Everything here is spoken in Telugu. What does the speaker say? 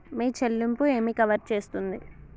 మీ చెల్లింపు ఏమి కవర్ చేస్తుంది?